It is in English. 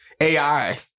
AI